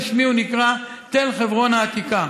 בפי הוא נקרא תל חברון העתיקה,